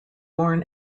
born